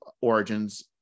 origins